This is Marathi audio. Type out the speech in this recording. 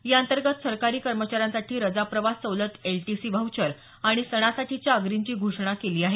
याअंतर्गत सरकारी कर्मचाऱ्यांसाठी रजा प्रवास सवलत एलटीसी व्हाऊचर आणि सणासाठीच्या अग्रीमची घोषणा केली आहे